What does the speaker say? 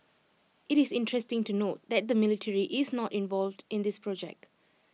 IT is interesting to note that the military is not involved in this project